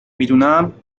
میدانم